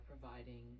providing